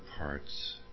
parts